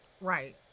Right